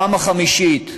הפעם החמישית,